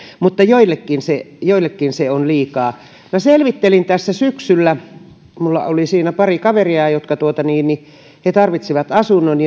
mutta joillekin se joillekin se on liikaa minä selvittelin tässä syksyllä minulla oli siinä pari kaveria jotka tarvitsivat asunnon